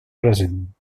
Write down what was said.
present